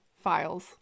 files